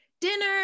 dinner